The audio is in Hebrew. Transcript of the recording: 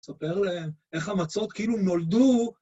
תספר להם איך המצות כאילו נולדו.